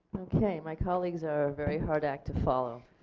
okay my colleagues are a very hard act to follow.